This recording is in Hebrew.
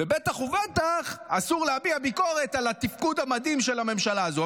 ובטח ובטח אסור להביע ביקורת על התפקוד המדהים של הממשלה הזו.